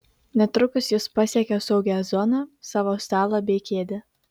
netrukus jis pasiekė saugią zoną savo stalą bei kėdę